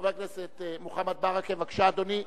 חבר הכנסת מוחמד ברכה, בבקשה, אדוני.